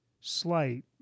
slight